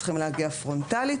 צריכים להגיע פרונטלית.